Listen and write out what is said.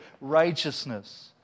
righteousness